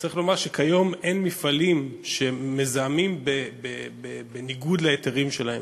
צריך לומר שכיום אין מפעלים שמזהמים בניגוד להיתרים שלהם.